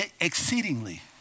exceedingly